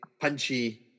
punchy